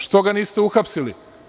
Što ga niste uhapsili?